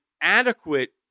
adequate